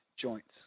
joints